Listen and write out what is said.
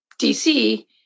DC